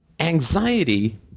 Anxiety